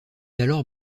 alors